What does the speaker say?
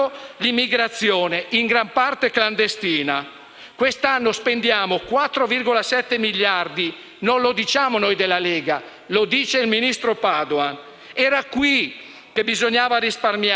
lo dice il ministro Padoan. Era qui che bisognava risparmiare, facendo cessare il *business*, troppo spesso illegale, dell'accoglienza. È una follia spendere 4,7 miliardi